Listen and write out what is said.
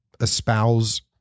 espouse